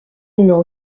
numéro